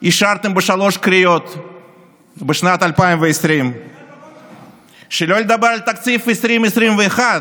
אישרתם בשלוש קריאות בשנת 2020. איפה הכבוד שלך?